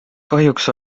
kahjuks